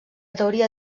teoria